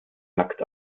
nackt